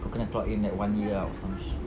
kau kena clock in that one year out some shit